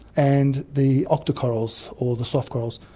and the octocorals or the soft corals,